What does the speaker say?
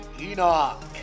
Enoch